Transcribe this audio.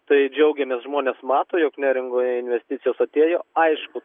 tai džiaugiamės žmonės mato jog neringoje investicijos atėjo aišku